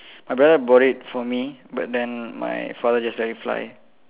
my brother bought it for me but then my father just let it fly